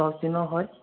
দহদিনৰ হয়